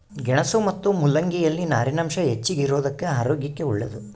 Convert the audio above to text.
ಗೆಣಸು ಮತ್ತು ಮುಲ್ಲಂಗಿ ಯಲ್ಲಿ ನಾರಿನಾಂಶ ಹೆಚ್ಚಿಗಿರೋದುಕ್ಕ ಆರೋಗ್ಯಕ್ಕೆ ಒಳ್ಳೇದು